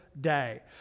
day